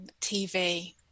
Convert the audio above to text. TV